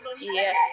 yes